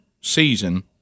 season